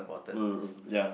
mm ya